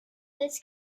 this